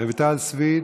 רויטל סויד,